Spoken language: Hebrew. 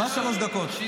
מה שלוש דקות?